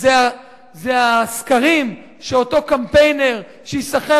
זה הסקרים של אותו קמפיינר שיישכר